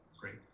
great